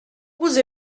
vous